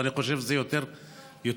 אני חושב שזה יותר חכם,